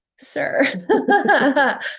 sir